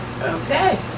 Okay